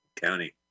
County